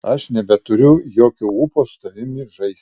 aš nebeturiu jokio ūpo su tavimi žaisti